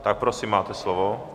Tak prosím, máte slovo.